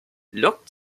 lockt